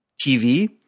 TV